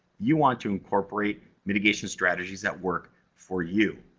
you want to incorporate mitigation strategies that work for you.